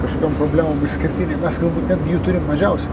kažkokiom problemom išskirtiniai mes galbūt netgi jų turim mažiausiai